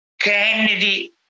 Kennedy